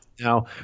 Now